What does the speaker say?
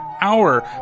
hour